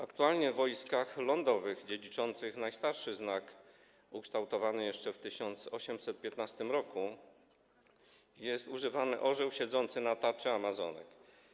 Aktualnie w Wojskach Lądowych, dziedziczących najstarszy znak, ukształtowany jeszcze w 1815 r., jest używany orzeł siedzący na tarczy amazonek.